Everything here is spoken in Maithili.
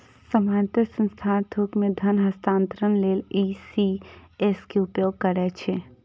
सामान्यतः संस्थान थोक मे धन हस्तांतरण लेल ई.सी.एस के उपयोग करै छै